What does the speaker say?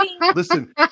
Listen